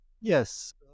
Yes